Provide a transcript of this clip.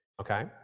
Okay